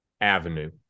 avenue